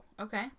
okay